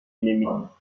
ennemis